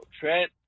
Trent